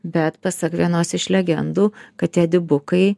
bet pasak vienos iš legendų kad tie dipukai